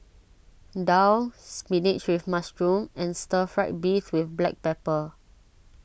Daal Spinach with Mushroom and Stir Fried Beef with Black Pepper